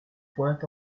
point